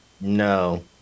No